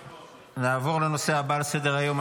נעבור לנושא הבא על סדר-היום,